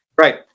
Right